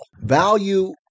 value